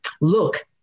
look